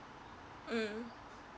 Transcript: mm